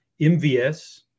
MVS